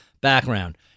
background